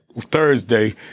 Thursday